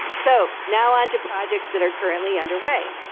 so, now on to projects that are currently underway.